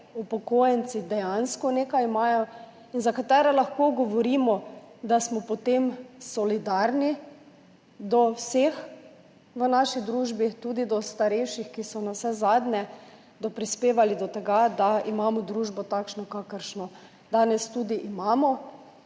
upokojenci dejansko nekaj imajo in za katere lahko govorimo, da smo potem solidarni do vseh v naši družbi, tudi do starejših, ki so navsezadnje doprinesli k temu, da imamo takšno družbo, kakršno danes tudi imamo,